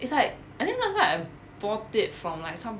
it's like I think last time I bought it from like some